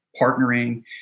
partnering